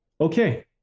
okay